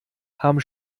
haben